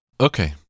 Okay